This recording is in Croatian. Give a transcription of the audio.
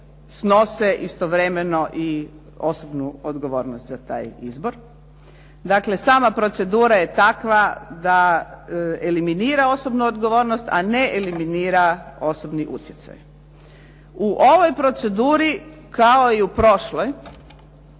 snose istovremeno i osobnu odgovornost za taj izbor. Dakle, sama procedura je takva da eliminira osobnu odgovornost, a ne eliminira osobni utjecaj. U ovoj proceduri, kao i prošloj,